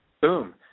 boom